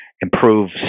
improve